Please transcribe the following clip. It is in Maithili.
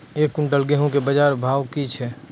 एक क्विंटल गेहूँ के बाजार भाव की छ?